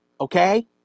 Okay